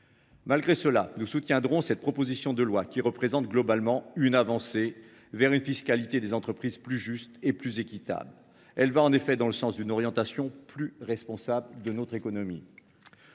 Cela dit, nous soutiendrons cette proposition de loi, qui constitue globalement une avancée vers une fiscalité des entreprises plus juste et plus équitable. Elle va en effet dans le sens d’une orientation plus responsable de notre économie.